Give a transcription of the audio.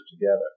together